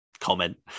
comment